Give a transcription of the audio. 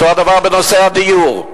אותו הדבר בנושא הדיור.